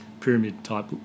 pyramid-type